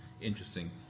interesting